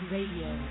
Radio